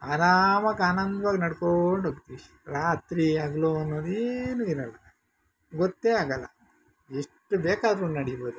ಆರಾಮಾಗಿ ಆನಂದ್ವಾಗಿ ನಡ್ಕೊಂಡೋಗ್ತೀವಿ ರಾತ್ರಿ ಹಗ್ಲು ಅನ್ನೋದು ಏನು ಇರೋಲ್ಲ ಗೊತ್ತೇ ಆಗೋಲ್ಲ ಎಷ್ಟು ಬೇಕಾದರೂ ನಡಿಬೋದು